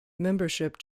membership